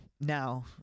Now